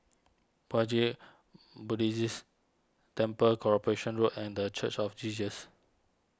Puat Jit Buddhist Temple Corporation Road and the Church of Jesus